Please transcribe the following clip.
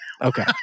Okay